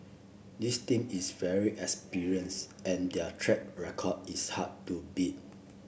this team is very and their track record is hard to beat